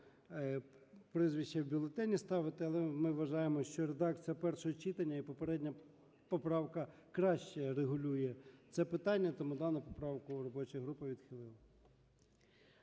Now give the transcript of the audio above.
прізвище в бюлетені ставити. Але ми вважаємо, що редакція першого читання і попередня поправка краще регулює це питання, тому дану поправку робоча група відхилила.